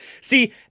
See